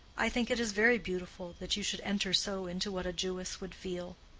i think it is very beautiful that you should enter so into what a jewess would feel.